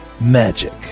Magic